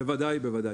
בוודאי.